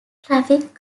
traffic